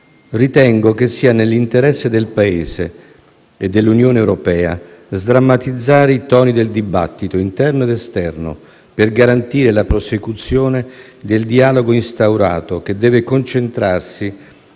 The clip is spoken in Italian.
Ritengo che sia nell'interesse del Paese e dell'Unione europea sdrammatizzare i toni del dibattito interno ed esterno per garantire la prosecuzione del dialogo instaurato, che deve concentrarsi